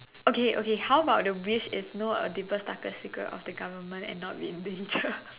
okay okay how about the wish is know a deepest darkest secret of the government and not be in danger